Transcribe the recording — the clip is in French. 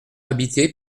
habité